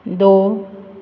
दोन